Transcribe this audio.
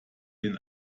den